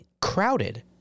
crowded